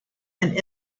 and